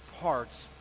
parts